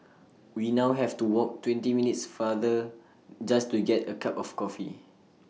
we now have to walk twenty minutes farther just to get A cup of coffee